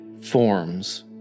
forms